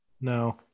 No